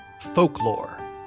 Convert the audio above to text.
folklore